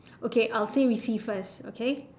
okay I will say receive first okay